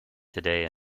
today